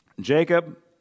Jacob